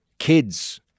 kids